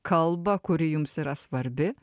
kalbą kuri jums yra svarbi